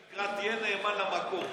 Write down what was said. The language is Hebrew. מה שנקרא, תהיה נאמן למקור.